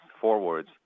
forwards